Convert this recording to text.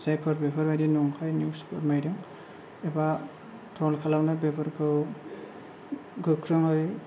जायफोर बेफोरबायदि नंखाय निउस फोरमायदों एबा ट्र'ल खालामदों बेफोरखौ गोख्रोङै